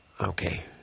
Okay